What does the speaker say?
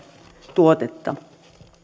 tuotetta